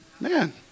man